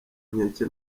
nkeke